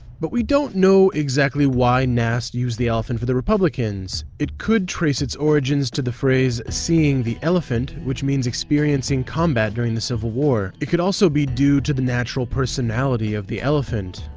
but we don't know exactly why nast used the elephant for the republicans. it could trace its origins to the phrase seeing the elephant, which meant experiencing combat during the civil war. it could also be due to the natural personality of the elephant.